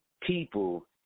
people